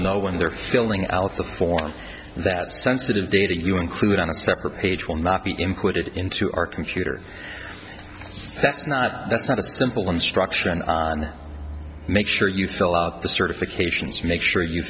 know when they're throwing out the forms that sensitive data you include on a separate page will not be included into our computer that's not that's not a simple instruction on make sure you fill out the certifications make sure you